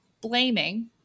blaming